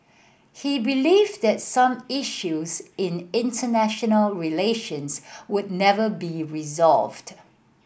he believed that some issues in international relations would never be resolved